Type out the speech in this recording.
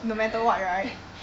no matter what right